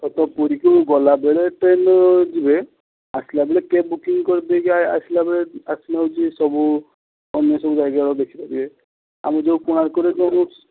ଆଉ ତ ପୁରୀକୁ ଗଲାବେଳେ ଟ୍ରେନ୍ରେ ଯିବେ ଆସିଲାବେଳେ କ୍ୟାବ୍ ବୁକିଙ୍ଗ କରିଦେଇକି ଆସିଲାବେଳେ ଆସିଲେ ଯେ ସବୁ ଅନ୍ୟ ସବୁ ଜାଗା ଦେଖିପାରିବେ ଆମେ ଯୋଉ କୋଣାର୍କରେ ଯୋଉ ରହୁଛୁ